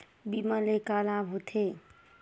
बीमा ले का लाभ होथे?